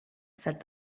said